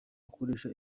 akoresha